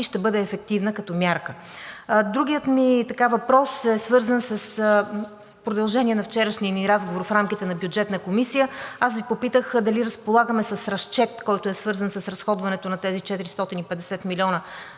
ще бъде ефективна като мярка. Другият ми въпрос е свързан с продължение на вчерашния ни разговор в рамките на Бюджетната комисия. Аз Ви попитах дали разполагаме с разчет, който е свързан с разходването на тези 450 милиона